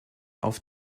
auf